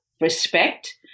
respect